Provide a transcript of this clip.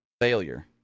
failure